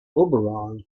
oberon